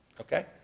Okay